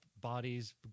bodies